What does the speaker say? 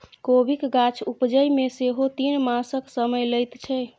कोबीक गाछ उपजै मे सेहो तीन मासक समय लैत छै